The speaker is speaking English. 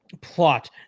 plot